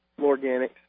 organics